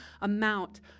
amount